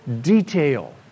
detail